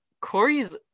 Corey's